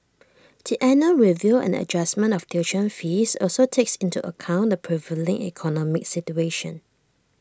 the annual review and adjustment of tuition fees also takes into account the prevailing economic situation